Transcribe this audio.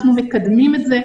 אנחנו מקדמים את זה,